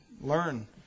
learn